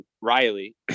riley